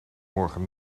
morgen